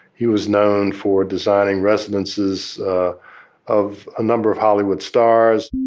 he was known for designing residences of a number of hollywood stars